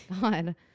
God